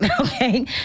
Okay